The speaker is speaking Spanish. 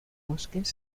bosques